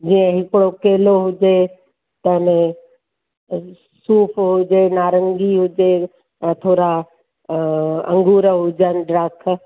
जीअं हिकिड़ो केलो हुजे अने सूफु हुजे नारंगी हुजे और थोरा अंगूर हुजनि डाख